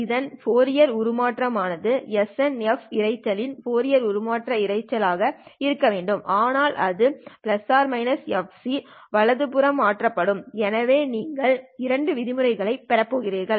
இதன் ஃபோரியர் உருமாற்றம் ஆனது SN இரைச்சலின் ஃபோரியர் உருமாற்றம் இரைச்சல் ஆக இருக்க வேண்டும் ஆனால் அது ±fc வலதுபுறமாக மாற்றப்படும் எனவே நீங்கள் இரண்டு விதிமுறைகளைப் பெறப் போகிறீர்கள்